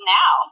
now